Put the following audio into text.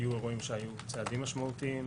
היו חקירות שהיו צעדים משמעתיים,